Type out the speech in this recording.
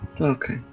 Okay